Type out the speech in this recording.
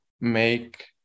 make